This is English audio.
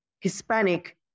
Hispanic